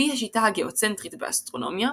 אבי השיטה הגאוצנטרית באסטרונומיה,